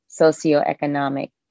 socioeconomic